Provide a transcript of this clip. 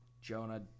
Jonah